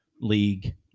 league